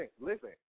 listen